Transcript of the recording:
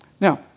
Now